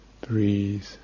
Breathe